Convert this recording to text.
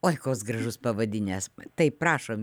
oi koks gražus pavadinęs tai prašom